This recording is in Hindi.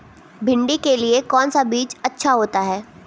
भिंडी के लिए कौन सा बीज अच्छा होता है?